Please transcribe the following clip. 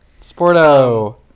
Sporto